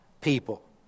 people